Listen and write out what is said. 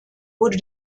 wurde